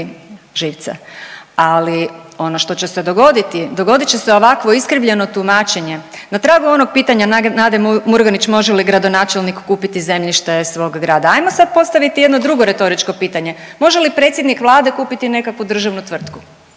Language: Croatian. živce, ali ono što će se dogoditi, dogodit će se ovakvo iskrivljeno tumačenje. Na tragu onog pitanja Nade Murganić može li gradonačelnik kupiti zemljište svog grada, ajmo sad postaviti jedno drugo retoričko pitanje, može li predsjednik Vlade kupiti nekakvu državnu tvrtku,